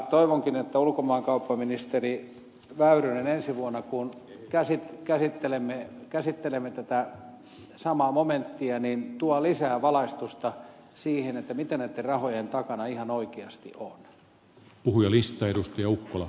toivonkin että ulkomaankauppaministeri väyrynen ensi vuonna kun käsittelemme tätä samaa momenttia tuo lisää valaistusta siihen mitä näitten rahojen takana ihan oikeasti on